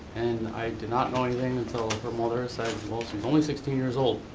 and i did not know anything until her mother said, well, she's only sixteen years old.